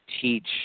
teach